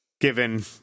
given